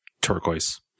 turquoise